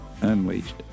unleashed